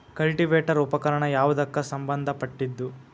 Cultivator ಉಪಕರಣ ಯಾವದಕ್ಕ ಸಂಬಂಧ ಪಟ್ಟಿದ್ದು?